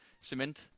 cement